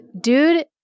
dude